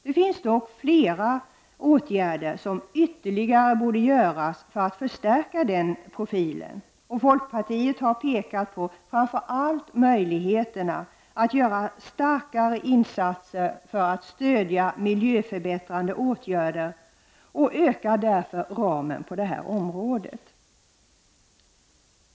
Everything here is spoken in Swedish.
Det finns dock flera ytterligare åtgärder som borde genomföras för att förstärka den profilen. Folkpartiet har framför allt pekat på möjligheterna att göra kraftfullare insatser för att stödja miljöförbättrande åtgärder, och vi vill därför öka ramen på det här området.